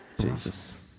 Jesus